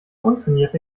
untrainierte